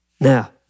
Now